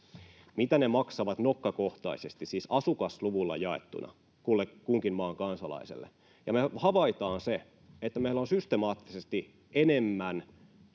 mitä ne maksavat nokkakohtaisesti, siis asukasluvulla jaettuna kunkin maan kansalaiselle, ja me havaitaan se, että meillä on systemaattisesti enemmän